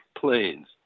planes